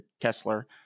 Kessler